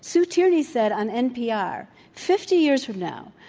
so tierney said on npr, fifty years from now,